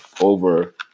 over